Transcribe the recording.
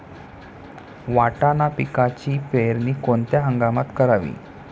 वाटाणा पिकाची पेरणी कोणत्या हंगामात करावी?